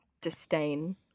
disdain